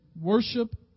Worship